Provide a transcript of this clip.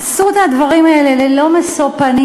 עשו את הדברים האלה ללא משוא פנים,